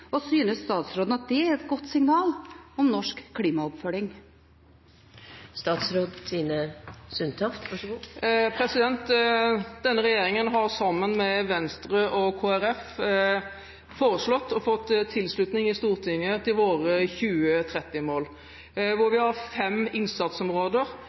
og synes statsråden at det er et godt signal om norsk klimaoppfølging? Denne regjeringen har, sammen med Venstre og Kristelig Folkeparti, foreslått og fått tilslutning i Stortinget til våre 2030-mål, hvor vi har fem innsatsområder,